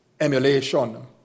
emulation